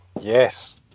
Yes